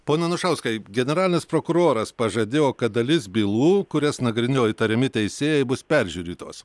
pone anušauskai generalinis prokuroras pažadėjo kad dalis bylų kurias nagrinėjo įtariami teisėjai bus peržiūrėtos